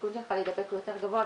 הסיכון שלך להידבק הוא יותר גבוה,